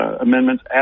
amendments